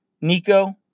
Nico